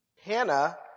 Hannah